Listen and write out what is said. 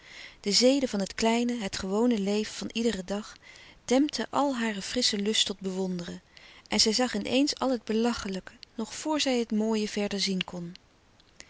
de zeden van het kleine het gewone leven van iederen dag dempten al hare frissche lust tot bewonderen en zij zag in eens al het belachelijke nog vor zij het mooie verder zien kon